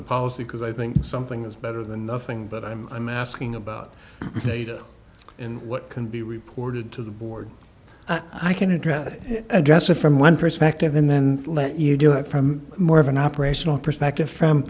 the policy because i think something is better than nothing but i'm i'm asking about data and what can be reported to the board i can address address it from one perspective and then let you do it from more of an operational perspective from